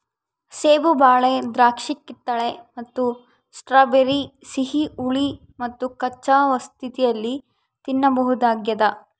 ಸೇಬು ಬಾಳೆ ದ್ರಾಕ್ಷಿಕಿತ್ತಳೆ ಮತ್ತು ಸ್ಟ್ರಾಬೆರಿ ಸಿಹಿ ಹುಳಿ ಮತ್ತುಕಚ್ಚಾ ಸ್ಥಿತಿಯಲ್ಲಿ ತಿನ್ನಬಹುದಾಗ್ಯದ